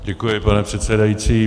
Děkuji, pane předsedající.